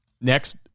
next